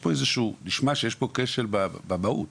נשמע שיש פה כשל במהות.